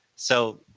so,